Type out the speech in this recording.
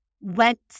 went